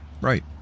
Right